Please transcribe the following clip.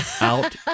Out